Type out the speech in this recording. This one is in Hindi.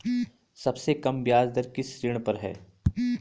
सबसे कम ब्याज दर किस ऋण पर है?